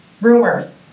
Rumors